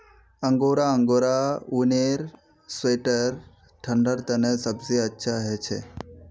angora angora ऊनेर sweater ठंडा तने सबसे अच्छा हछे